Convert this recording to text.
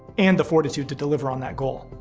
and the fortitude to deliver on that goal.